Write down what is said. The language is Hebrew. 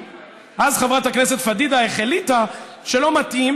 אז חברת הכנסת פדידה החליטה שלא מתאים,